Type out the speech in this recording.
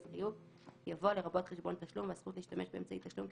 חיוב" יבוא "לרבות חשבון תשלום והזכות להשתמש באמצעי תשלום,